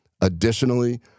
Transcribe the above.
Additionally